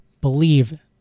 believe